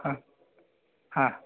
हा हा